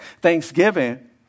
thanksgiving